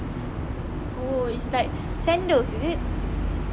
oh it's like sandals is it